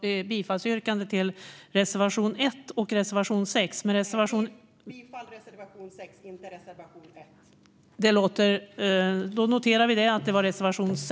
Det var bifall till reservation 6, inte till reservation 1.